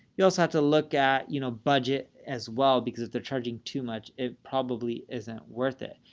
you also have to look at, you know, budget as well, because if they're charging too much, it probably isn't worth it.